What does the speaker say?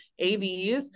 AVs